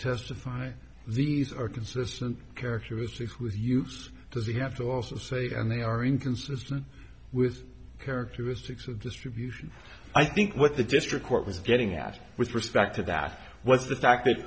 testify these are consistent characteristics with use does he have to also say and they are inconsistent with characteristics of distribution i think what the district court was getting at with respect to that was the fact that